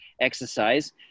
exercise